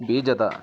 ಬೀಜದ